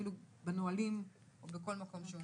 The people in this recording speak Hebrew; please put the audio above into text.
אפילו בנהלים ובכל מקום שהוא.